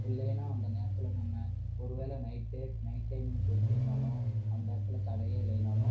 இல்லையினா அந்த நேரத்தில் நம்ம ஒரு வேளை நைட்டே நைட் டைம்முக்கு போயிட்டு இருந்தாலும் அந்த இடத்துல கடையே இல்லையினாலும்